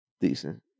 decent